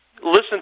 listen